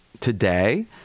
today